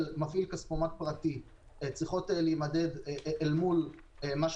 אומר שהעלויות של מפעיל כספומט פרטי צריכות להימדד אל מול כספומט מרוחק,